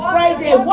Friday